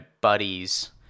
buddies